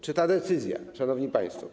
Czy ta decyzja, szanowni państwo.